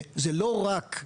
זה לא רק,